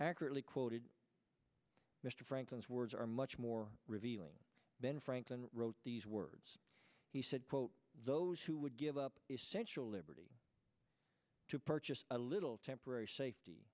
accurately quoted mr franklin's words are much more revealing ben franklin wrote these words he said quote those who would give up essential liberty to purchase a little temporary safety